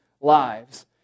lives